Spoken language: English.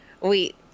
Wait